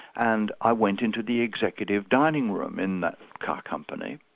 and i went into the executive dining room in that car company,